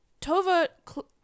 Tova